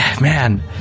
Man